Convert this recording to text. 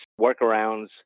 workarounds